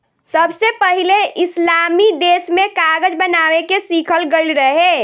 सबसे पहिले इस्लामी देश में कागज बनावे के सिखल गईल रहे